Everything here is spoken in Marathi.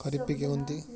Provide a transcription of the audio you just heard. खरीप पिके कोणती?